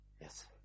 Yes